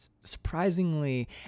surprisingly